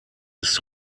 ist